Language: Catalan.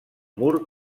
mur